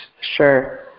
Sure